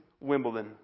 Wimbledon